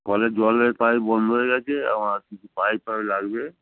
কলে জলের পাইপ বন্ধ হয়ে গেছে আমার কিছু পাইপ ফাইপ লাগবে